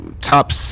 top